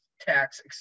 tax